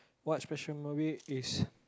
what's special movie is